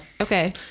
Okay